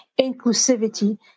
inclusivity